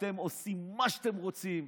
אתם עושים מה שאתם רוצים.